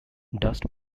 dust